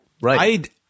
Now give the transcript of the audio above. Right